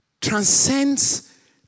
transcends